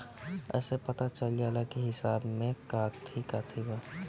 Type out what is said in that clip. एसे पता चल जाला की हिसाब में काथी काथी बा